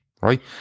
right